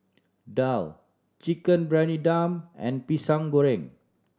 daal Chicken Briyani Dum and Goreng Pisang